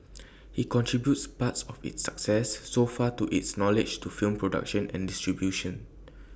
he contributes part of its success so far to his knowledge to film production and distribution